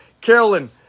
Carolyn